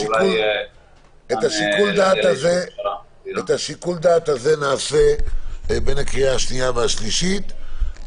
את שיקול הדעת הזה נעשה בין הקריאה השנייה והשלישית.